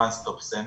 one stop center,